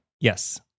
Yes